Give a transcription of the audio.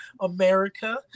America